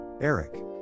Eric